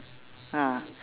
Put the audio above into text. ah